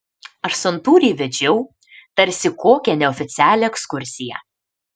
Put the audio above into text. aš santūriai vedžiau tarsi kokią neoficialią ekskursiją